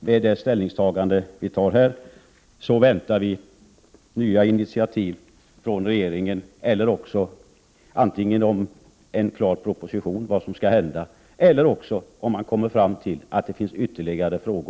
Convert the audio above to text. Med det ställningstagande som vi intar i dag väntar vi nya initiativ från regeringen — antingen en proposition med ett klart förslag om vad som skall hända eller också ett besked om att det finns ytterligare frågor som behöver belysas. Därmed, herr talman, yrkar jag bifall till utskottets hemställan.